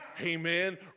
Amen